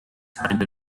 kind